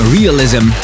Realism